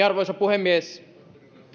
arvoisa puhemies